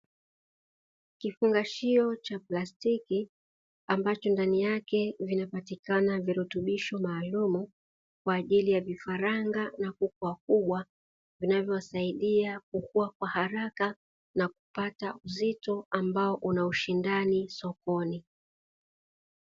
Kifungashio cha plastiki ambapo ndani yake vinapatikana virutubisho maalumu kwa ajili ya vifaranga na kuku wa kufugwa, vinavyowasaidia kukua kwa haraka na kupata uzito ambao una ushindani sokoni.